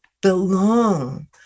belong